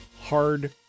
hard